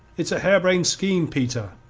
it's a harebrained scheme, peter,